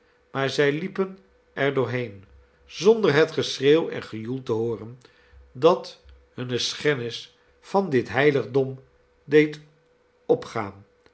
maar zij liepen er doorheen zonder het geschreeuw en gejoel te hooren dat hunne schennis van dit heiligdom deed opgaan